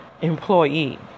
employee